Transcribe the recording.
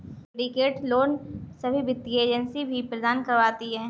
syndicate loan सभी वित्तीय agency भी प्रदान करवाती है